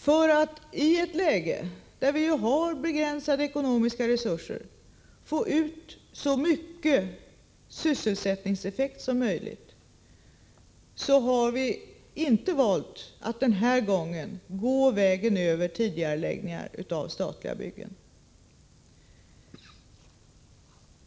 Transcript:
För att få ut så mycket sysselsättningseffekt som möjligt i ett läge då vi har begränsade ekonomiska resurser, har vi inte valt att den här gången gå vägen över tidigareläggningar av statliga byggen.